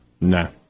No